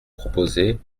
proposez